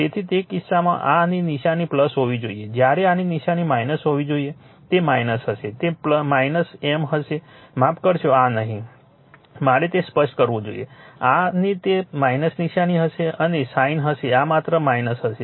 તેથી તે કિસ્સામાં આની નિશાની હોવી જોઈએ જ્યારે આની નિશાની હોવી જોઈએ તે હશે તે M હશે માફ કરશો આ નહીં મારે તે સ્પષ્ટ કરવું જોઈએ આની તે નિશાની હશે અને સાઇન થશે આ માત્ર હશે